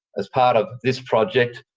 as part of this project,